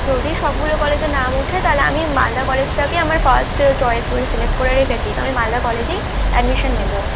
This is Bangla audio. যদি সবগুলো কলেজে নাম উঠে তাহলে আমি মালদা কলেজটাকে আমার ফার্স্ট চয়েস বলে সিলেক্ট করে রেখেছি তো আমি মালদা কলেজেই অ্যাডমিশান নেব